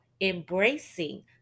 embracing